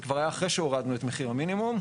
זה כבר היה אחרי שהורדנו את מחיר המינימום.